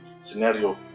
scenario